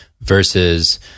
versus –